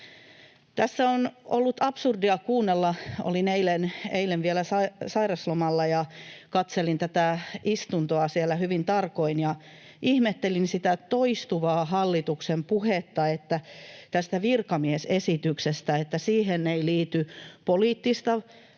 Tässä on ollut absurdia kuunnella — olin eilen vielä sairaslomalla ja katselin tätä istuntoa siellä hyvin tarkoin ja ihmettelin sitä toistuvaa hallituksen puhetta virkamiesesityksestä, että siihen ei liity poliittista ohjausta.